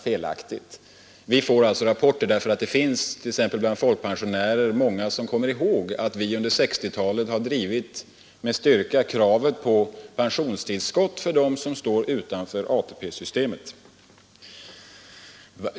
Och vi får in sådana rapporter därför att det bland folkpensionärerna finns många som kommer ihåg att vi t.ex. under 1960-talet med styrka drev kravet på pensionstillskott för dem som står utanför ATP-systemet.